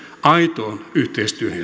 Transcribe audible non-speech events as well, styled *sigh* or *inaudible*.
aitoon yhteistyöhön *unintelligible*